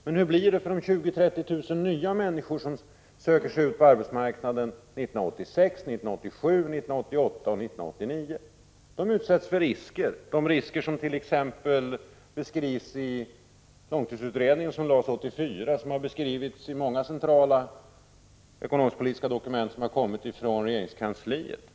Men hur blir det för de 20 000-30 000 ”nya” människor som söker sig ut på arbetsmarknaden 1986, 1987, 1988 och 1989? De utsätts för risker — de risker som beskrivs i långtidsutredningen, framlagd 1984, och som har beskrivits i många centrala ekonomisk-politiska dokument som kommit från regeringskansliet.